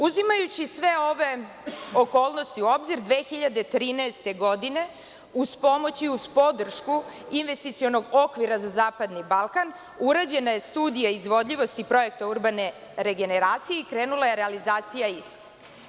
Uzimajući sve ove okolnosti u obzir, 2013. godine, uz pomoć i uz podršku Investicionog okvira za zapadni Balkan, urađena je studija izvodljivosti projekta urbane regeneracije i krenula je realizacija istog.